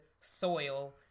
soil